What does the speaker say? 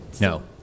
No